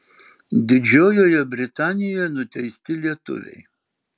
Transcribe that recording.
didžiojoje britanijoje nuteisti lietuviai